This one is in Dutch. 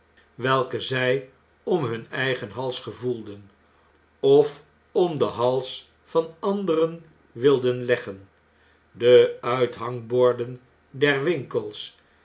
welken zij om hun eigen hals gevoelden of om den hals van anderen wilden leggen de uitgangborden der winkels